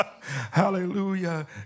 hallelujah